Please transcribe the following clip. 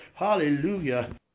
Hallelujah